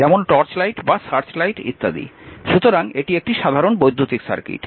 যেমন torch light বা search light ইত্যাদি। সুতরাং এটি একটি সাধারণ বৈদ্যুতিক সার্কিট